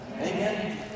Amen